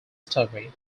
story